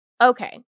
Okay